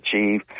achieve